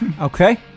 Okay